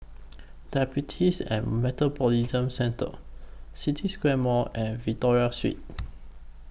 Diabetes and Metabolism Centre City Square Mall and Victoria Street